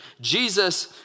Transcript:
Jesus